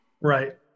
right